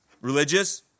religious